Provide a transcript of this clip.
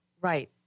Right